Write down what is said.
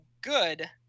good